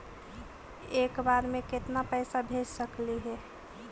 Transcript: एक बार मे केतना पैसा भेज सकली हे?